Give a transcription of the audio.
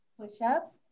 Push-ups